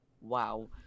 Wow